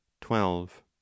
twelve